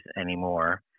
anymore